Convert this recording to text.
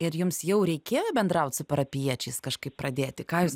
ir jums jau reikėjo bendraut su parapijiečiais kažkaip pradėti ką jūs